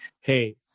Hey